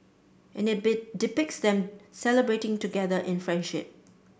and it be depicts them celebrating together in friendship